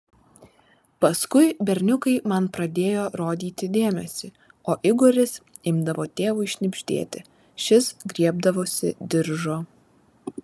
paskui berniukai man pradėjo rodyti dėmesį o igoris imdavo tėvui šnibždėti šis griebdavosi diržo